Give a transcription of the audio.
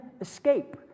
escape